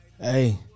Hey